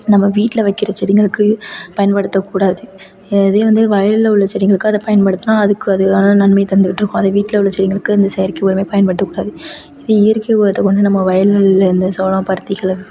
நம்ம வீட்டில் வைக்கிற செடிங்களுக்கு பயன்படுத்தக்கூடாது இதே வந்து வயலில் உள்ள செடிங்களுக்கு அதை பயன்படுத்தினா அதுக்கு அதுக்கான நன்மை தந்துக்கிட்டு இருக்கும் அதே வீட்டில் உள்ள செடிங்களுக்கு இந்த செயற்கை உரம் பயன்படுத்தக்கூடாது இதே இயற்கை உரத்தை கொண்டு நம்ம வயல்வெளியில் இந்த சோளம் பருத்திக்கெலாம்